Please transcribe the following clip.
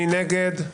מי נגד?